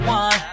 one